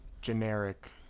generic